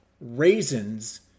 Raisins